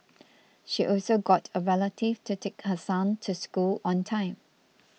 she also got a relative to take her son to school on time